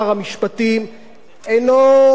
אינו נכון.